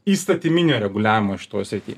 įstatyminio reguliavimo šitoj srity